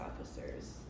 officers